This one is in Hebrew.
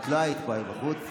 את לא היית פה, היית בחוץ.